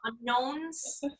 unknowns